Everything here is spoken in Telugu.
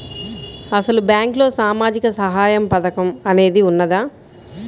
అసలు బ్యాంక్లో సామాజిక సహాయం పథకం అనేది వున్నదా?